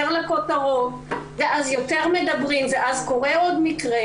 לכותרות ואז יותר מדברים ואז קורה עוד מקרה,